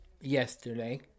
yesterday